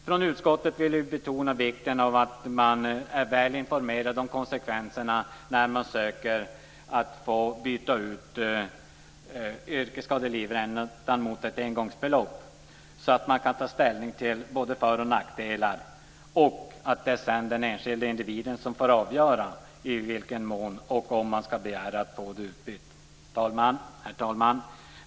Från utskottet vill vi betona vikten av att man är väl informerad om konsekvenserna när man söker få byta ut yrkesskadelivräntan mot ett engångsbelopp så att man kan ta ställning till både för och nackdelar. Sedan är det den enskilde individen som får avgöra om och i vilken mån man ska begära att få den utbytt. Herr talman!